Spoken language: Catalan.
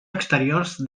exteriors